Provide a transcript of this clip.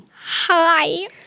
Hi